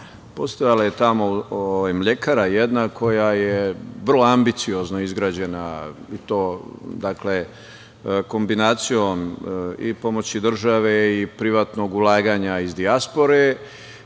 postojala je tamo mlekara jedna koja je vrlo ambiciozno izgrađena i to kombinacijom i pomoći države i privatnog ulaganja iz dijaspore